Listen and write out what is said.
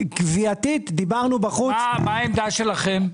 מה העמדה שלכם?